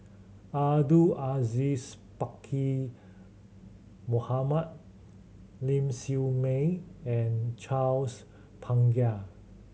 Abdul Aziz Pakkeer Mohamed Ling Siew May and Charles Paglar